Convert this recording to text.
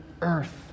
earth